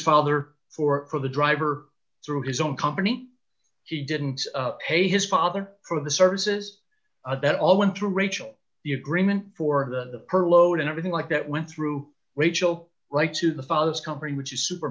father for the driver through his own company he didn't pay his father for the services that all went to rachel the agreement for the per load and everything like that went through rachel right to the father's company which is super